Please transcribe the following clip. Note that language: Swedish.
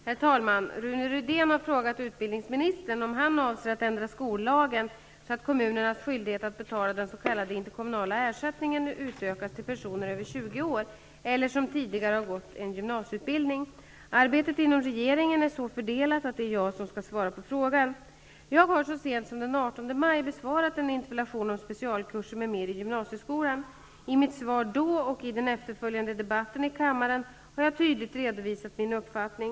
Herr talman! Rune Rydén har frågat utbildningsministern om han avser att ändra skollagen så att kommunernas skyldighet att betala den s.k. interkommunala ersättningen utökas till personer över 20 år eller som tidigare har gått en gymnasieutbildning. Arbetet inom regeringen är så fördelat att det är jag som skall svara på frågan. Jag har så sent som den 18 maj besvarat en interpellation om specialkurser m.m. i gymnasieskolan. I mitt svar då och i den efterföljande debatten i kammaren har jag tydligt redovisat min uppfattning.